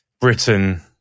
Britain